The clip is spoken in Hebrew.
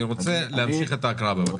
אני רוצה להמשיך את ההקראה, בבקשה.